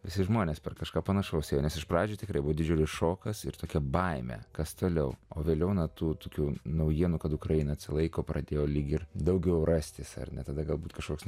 visi žmonės per kažką panašaus nes iš pradžių tikrai buvo didžiulis šokas ir tokią baimę kas toliau o velioną tu tokių naujienų kad ukraina atsilaiko pradėjo lyg ir daugiau rastis ar ne tada galbūt kažkoks